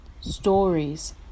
stories